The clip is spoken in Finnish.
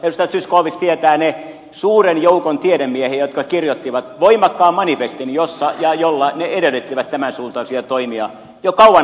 edustaja zyskowicz tietää sen suuren joukon tiedemiehiä jotka kirjoittivat voimakkaan manifestin jossa ja jolla ne edellyttivät tämänsuuntaisia toimia jo kauan aikaa sitten